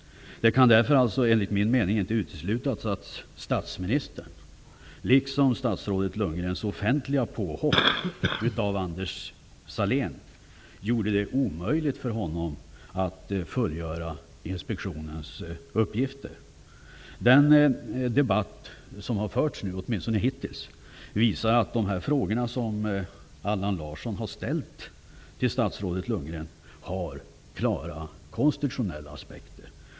Det kan därför inte, enligt min mening, uteslutas att statsministerns, liksom statsrådet Bo Lundgrens, offentliga påhopp på Anders Sahlén gjorde det omöjligt för denne att fullgöra inspektionens uppgifter. Den debatt som hittills förts visar att de frågor som Allan Larsson ställt till statsrådet Bo Lundgren har klara konstitutionella aspekter.